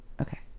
Okay